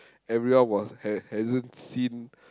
everyone was ha~ hasn't seen